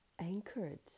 anchored